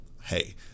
hey